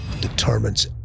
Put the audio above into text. determines